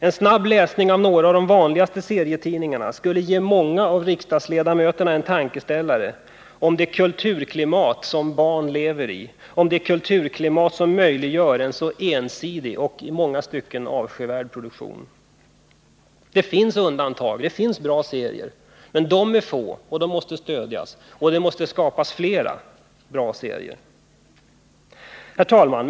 En snabb läsning av några av de vanligaste serietidningarna skulle ge många av riksdagsledamöterna en tankeställare om det kulturklimat som barn lever i, om det kulturklimat som möjliggör en så ensidig och i många stycken avskyvärd produktion. Det finns undantag, det finns bra serier, men de är få och måste stödjas. Och det måste skapas flera bra serier. Herr talman!